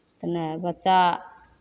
तऽ नहि बच्चा